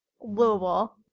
Louisville